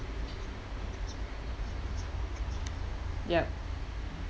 yup